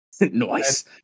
Nice